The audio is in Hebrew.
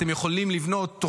אתם יכולים לבנות,